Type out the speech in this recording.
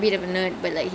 ya